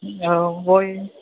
औ बय